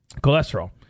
cholesterol